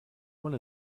one